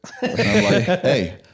hey